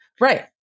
Right